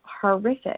horrific